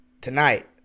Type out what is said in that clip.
Tonight